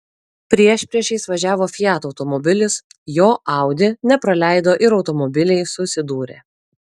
priešpriešiais važiavo fiat automobilis jo audi nepraleido ir automobiliai susidūrė